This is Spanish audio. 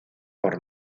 por